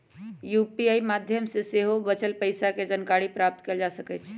UPI माध्यम से सेहो बचल पइसा के जानकारी प्राप्त कएल जा सकैछइ